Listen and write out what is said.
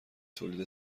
تولید